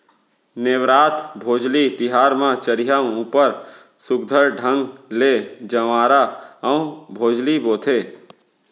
नेवरात, भोजली तिहार म चरिहा ऊपर सुग्घर ढंग ले जंवारा अउ भोजली बोथें